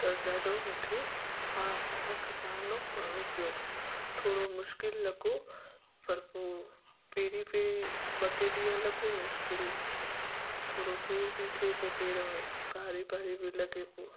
त ॾाढो मूंखे हा मूंखे सामिनो करिणो पियो थोरो मुश्किल लॻो पर पोइ पहिरीं पहिरीं ॿ टे ॾींहं लॻो मुश्किल थोरो सो सूर बि थिए पियो पेर में भारी भारी बि लॻे पियो